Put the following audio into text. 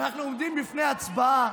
אנחנו עומדים לפני הצבעה